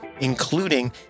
including